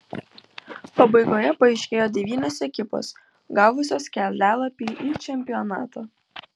pabaigoje paaiškėjo devynios ekipos gavusios kelialapį į čempionatą